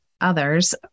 others